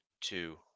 two